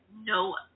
no